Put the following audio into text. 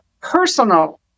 personal